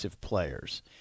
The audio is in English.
players